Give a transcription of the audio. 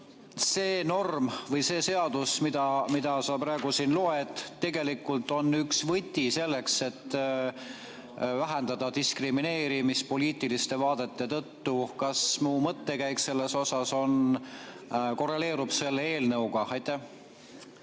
norm või see seadus[eelnõu], mida sa praegu siin [tutvustad], on tegelikult üks võti selleks, et vähendada diskrimineerimist poliitiliste vaadete tõttu. Kas mu mõttekäik selles osas korreleerub selle eelnõuga? Aitäh,